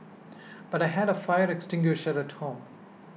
but I had a fire extinguisher at home